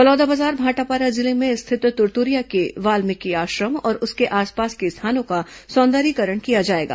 बलौदाबाजार भाटापारा जिले में स्थित तुरतुरिया के वाल्मिकी आश्रम और उसके आसपास के स्थानों का सौंदर्यीकरण किया जाएगा